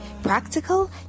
Practical